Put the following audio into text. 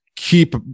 keep